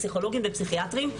פסיכולוגים ופסיכיאטרים,